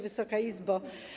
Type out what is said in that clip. Wysoka Izbo!